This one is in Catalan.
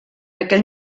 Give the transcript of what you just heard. aquell